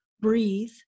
Breathe